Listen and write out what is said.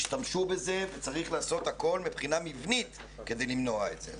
השתמשו בזה וצריך לעשות הכול מבחינה מבנית כדי למנוע את זה.